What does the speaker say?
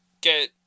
get